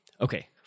okay